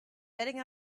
heading